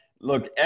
Look